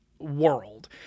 world